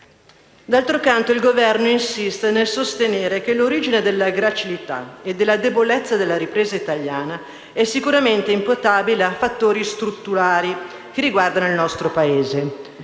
D'altro canto, il Governo insiste nel sostenere che l'origine della gracilità e della debolezza della ripresa italiana è sicuramente imputabile a fattori strutturali che riguardano il nostro Paese.